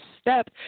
step